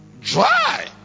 dry